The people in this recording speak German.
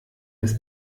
des